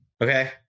Okay